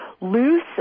loose